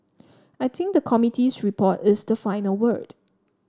I think the committee's report is the final word